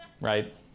right